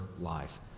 life